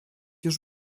już